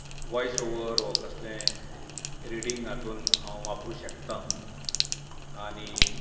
voice over ऑ कसलें reading हातूंत हांव वापरूंक शकतां आनी